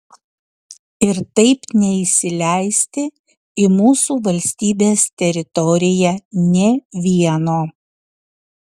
ir taip neįsileisti į mūsų valstybės teritoriją nė vieno